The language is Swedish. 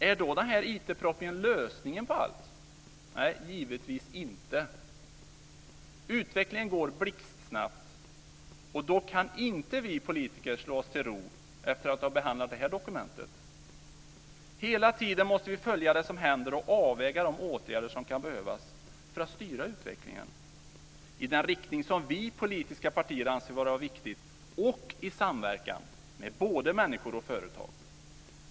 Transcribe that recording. Är då IT-propositionen lösningen på allt? Nej, givetvis inte. Utvecklingen går blixtsnabbt, och då kan inte vi politiker slå oss till ro efter att ha behandlat det här dokumentet. Hela tiden måste vi följa det som händer och avväga de åtgärder som kan behövas för att styra utvecklingen i den riktning som vi politiska partier anser vara viktig och i samverkan med både enskilda människor och företag.